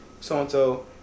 so-and-so